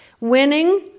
winning